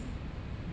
mm mm mm